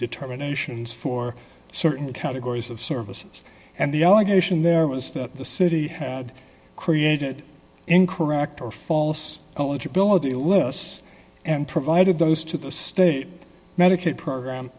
determinations for certain categories of services and the allegation there was that the city had created incorrect or false eligibility lists and provided those to the state medicaid program